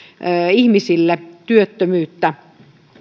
ihmisille työttömyyttä